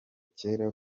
kera